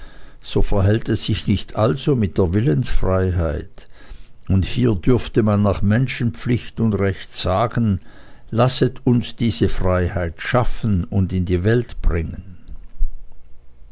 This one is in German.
so verhält es sich nicht also mit der willensfreiheit und hier dürfte man nach menschenpflicht und recht sagen lasset uns diese freiheit schaffen und in die welt bringen